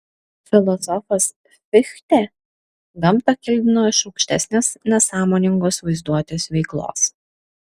filosofas fichtė gamtą kildino iš aukštesnės nesąmoningos vaizduotės veiklos